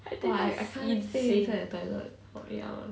I can't stay